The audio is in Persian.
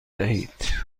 دهید